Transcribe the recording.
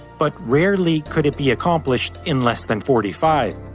but rarely could it be accomplished in less than forty five.